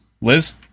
Liz